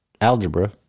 algebra